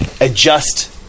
adjust